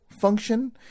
function